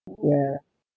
well